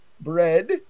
bread